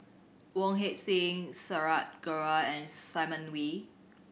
Wong Heck Sing and Simon Wee